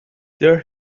there